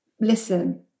listen